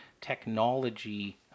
technology